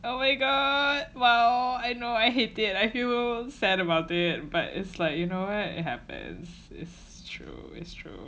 oh my god well I know I hate it and I feel sad about it but it's like you know what it happens it's true it's true